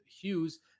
Hughes